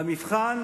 והמבחן